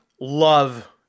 love